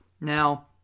Now